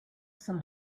some